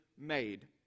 made